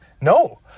No